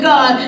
God